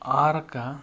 ಆಹಾರಕ್ಕ